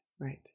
right